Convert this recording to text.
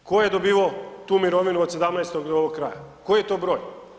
Tko je dobivao tu mirovinu od 17. do ovog kraja, koji je to broj?